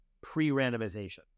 pre-randomization